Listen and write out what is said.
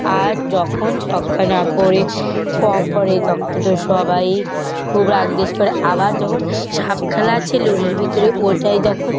আর যখন ছক্কা না পড়ে পড়ে তখন তো সবাই খুব রাগ দ্বেষ করে আবার যখন সাপ খেলা আছে লুডোর ভিতরে ওটায় যখন